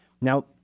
Now